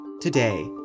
Today